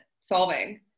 solving